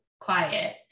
quiet